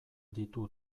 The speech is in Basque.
ditu